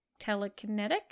telekinetic